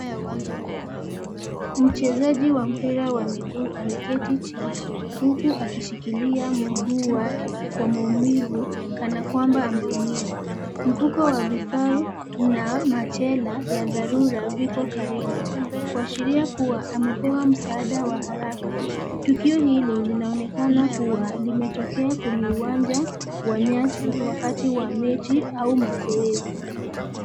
Mchezaji wa mpira wa miguu ameketi chini, huku akishikilia mguu wake kwa maumivu kana kwamba ameumia. Mfuko wa vifaa na machela ya dharura viko karibu, kuashiria kuwa amepewa msaada wa haraka. Tukio hili linaonekana kuwa limetokea kwenye uwanja wa nyasi wakati wa mechi au mazoezi.